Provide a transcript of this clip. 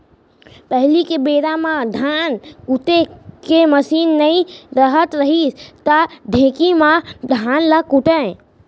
पहिली के बेरा म धान कुटे के मसीन नइ रहत रहिस त ढेंकी म धान ल कूटयँ